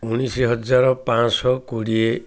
ଉଣେଇଶ ହଜାର ପାଞ୍ଚ ଶହ କୋଡ଼ିଏ